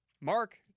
Mark